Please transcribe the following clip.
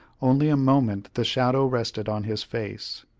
only a moment the shadow rested on his face.